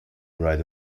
right